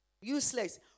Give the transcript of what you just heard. Useless